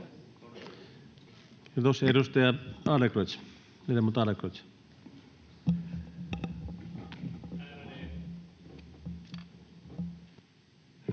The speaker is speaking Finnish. Kiitos.